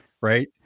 Right